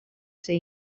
ser